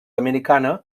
americana